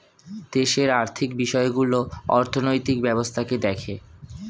দেশের আর্থিক বিষয়গুলো অর্থনৈতিক ব্যবস্থাকে দেখে